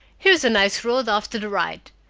here's a nice road off to the right,